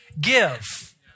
give